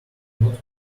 not